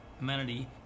Amenity